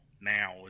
Now